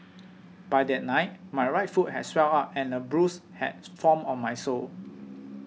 by that night my right foot had swelled up and a bruise had formed on my sole